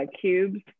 cubes